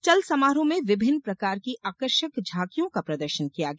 चल समारोह में विभिन्न प्रकार की आकर्षक झांकियों का प्रदर्शन किया गया